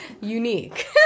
unique